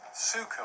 Sukkot